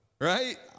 Right